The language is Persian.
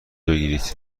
بگیرید